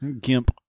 Gimp